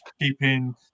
keeping